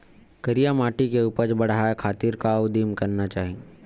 करिया माटी के उपज बढ़ाये खातिर का उदिम करना चाही?